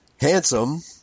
handsome